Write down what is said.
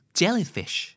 jellyfish